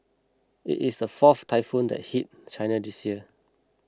it is the fourth typhoon to hit China this year